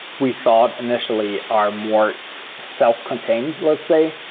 we thought initially are more self-contained, let's say,